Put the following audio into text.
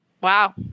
Wow